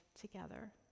together